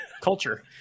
culture